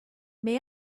may